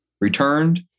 returned